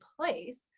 place